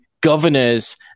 governors